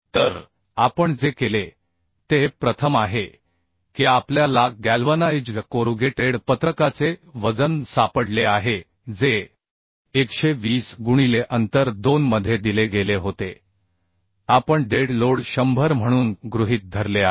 तर आपण जे केले ते हे प्रथम आहे की आपल्या ला गॅल्वनाइज्ड कोरुगेटेड पत्रकाचे वजन सापडले आहे जे 120 गुणिले अंतर 2 मध्ये दिले गेले होते आपण डेड लोड 100 म्हणून गृहीत धरले आहे